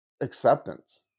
acceptance